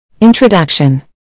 Introduction